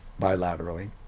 bilaterally